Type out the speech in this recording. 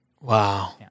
Wow